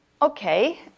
Okay